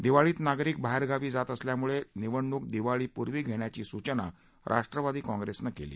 दिवाळीत नागरिक बाहेरगावी जात असल्यामुळे निवडणूक दिवाळीपूर्वी घेण्याची सूचना राष्ट्रवादी काँग्रेसनं केली